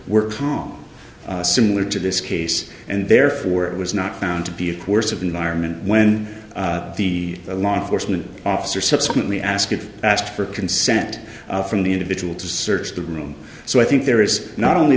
calm similar to this case and therefore it was not found to be a course of environment when the law enforcement officer subsequently asked if asked for consent from the individual to search the room so i think there is not only